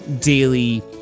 daily